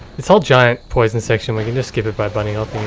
this whole giant poison section we can just skip it by bunnyhopping